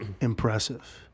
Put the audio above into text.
impressive